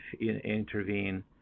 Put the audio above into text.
intervene